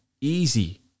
Easy